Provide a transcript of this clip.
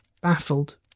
baffled